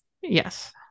yes